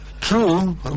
True